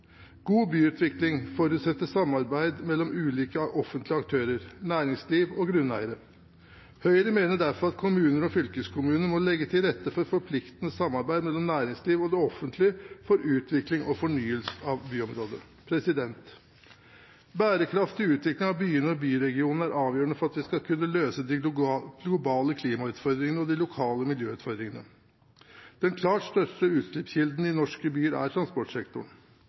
God byutvikling forutsetter samarbeid mellom ulike offentlige aktører, næringsliv og grunneiere. Høyre mener derfor at kommuner og fylkeskommuner må legge til rette for forpliktende samarbeid mellom næringslivet og det offentlige for utvikling og fornyelse av byområder. Bærekraftig utvikling av byene og byregionene er avgjørende for at vi skal kunne løse de globale klimautfordringene og de lokale miljøutfordringene. Den klart største utslippskilden i norske byer er transportsektoren.